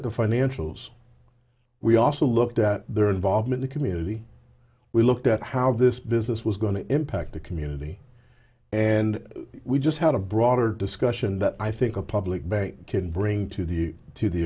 at the financials we also looked at their involvement of community we looked at how this business was going to impact the community and we just had a broader discussion that i think a public bank can bring to the to the